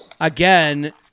again